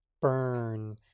burn